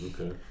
Okay